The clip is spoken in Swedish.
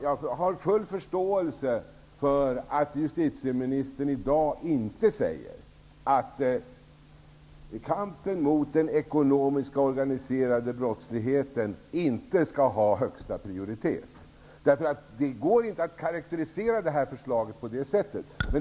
Jag har full förståelse för att justitieministern i dag inte säger att kampen mot den ekonomiska, organiserade brottsligheten inte skall ha högsta prioritet. Det går inte att karakterisera detta förslag på det sättet.